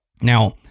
now